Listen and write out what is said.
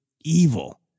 evil